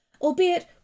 albeit